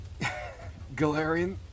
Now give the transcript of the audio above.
Galarian